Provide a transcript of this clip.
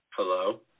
Hello